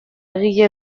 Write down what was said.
egile